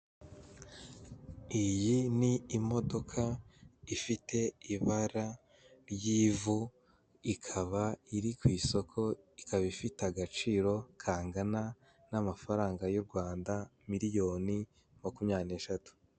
Iyi ni imodoka ifite ibara ry'ivu, ikaba iri ku isoko, ikaba ifite agaciro kangana n'amafaranga y'u Rwanda miliyoni makumyabiri n'eshatu.